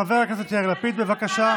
חבר הכנסת יאיר לפיד, בבקשה.